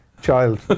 child